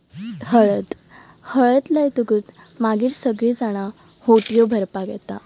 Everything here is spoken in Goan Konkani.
हळद हळद लायतकूत मागीर सगळीं जाणा होटयो भरपाक येता